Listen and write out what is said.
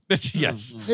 Yes